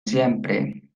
siempre